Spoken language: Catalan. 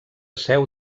seu